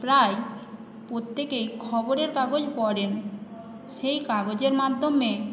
প্রায় প্রত্যেকেই খবরের কাগজ পড়েন সেই কাগজের মাধ্যমে